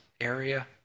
area